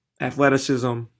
athleticism